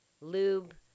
lube